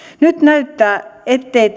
nyt näyttää ettei